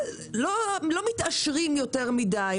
לא מתעשרים יותר מדי,